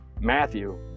matthew